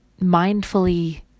mindfully